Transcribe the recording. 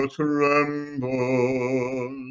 tremble